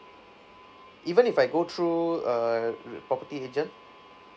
even if I go through a property agent